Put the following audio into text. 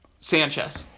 Sanchez